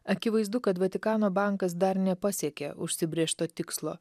akivaizdu kad vatikano bankas dar nepasiekė užsibrėžto tikslo